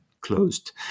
closed